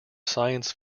science